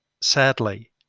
sadly